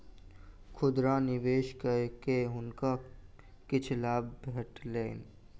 खुदरा निवेश कय के हुनका किछ लाभ भेटलैन